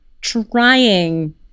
trying